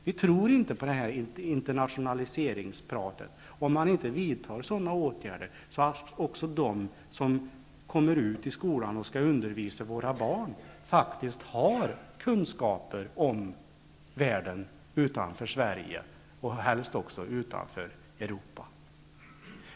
Vi tror inte på internationaliseringspratet om man inte vidtar åtgärder så att också de som kommer ut i skolan och skall undervisa våra barn faktiskt har kunskaper om världen utanför Sverige och helst också utanför Europa.